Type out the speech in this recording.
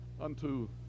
unto